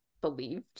believed